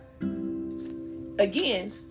Again